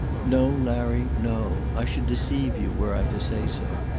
no, larry, no. i should deceive you were i to say so.